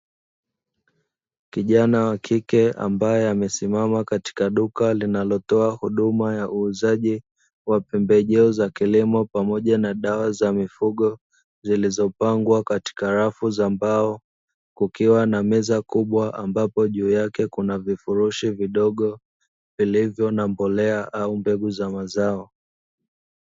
Kijana wa kike ambaye amesimama katika duka linalotoa huduma ya uuzaji wa pembejeo za kilimo pamoja na dawa za mifugo zilizopangwa katika rafu za mbao, kukiwa na meza kubwa ambapo juu yake kuna vifurushi vidogo, vilivyo na mbolea au mbegu za mazao.